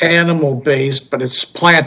animal babies but it's plant